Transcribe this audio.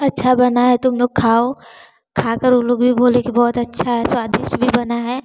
अच्छा बना है तुम लोग खाओ खाकर उन लोग भी बोले कि बहुत अच्छा है स्वादिष्ट भी बना है